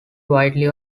widely